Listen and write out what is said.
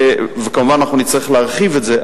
כמובן אנחנו נצטרך להרחיב את זה.